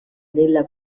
della